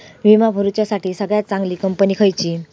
विमा भरुच्यासाठी सगळयात चागंली कंपनी खयची?